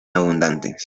abundantes